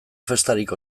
festarik